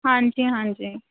ਹਾਂਜੀ ਹਾਂਜੀ